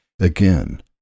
Again